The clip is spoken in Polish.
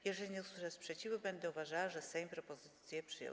Jeżeli nie usłyszę sprzeciwu, będę uważała, że Sejm propozycję przyjął.